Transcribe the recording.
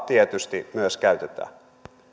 tietysti myös käytetään